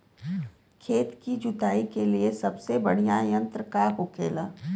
खेत की जुताई के लिए सबसे बढ़ियां यंत्र का होखेला?